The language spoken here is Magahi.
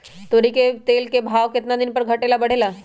तोरी के तेल के भाव केतना दिन पर घटे ला बढ़े ला?